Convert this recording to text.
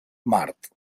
mart